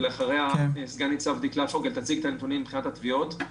ואחריה סגן ניצב דקלה פוגל תציג את הנתונים מבחינת התביעות.